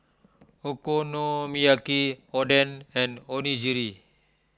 Okonomiyaki Oden and Onigiri